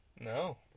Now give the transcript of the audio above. No